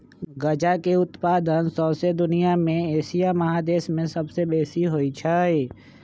गजा के उत्पादन शौसे दुनिया में एशिया महादेश में सबसे बेशी होइ छइ